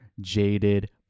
Jaded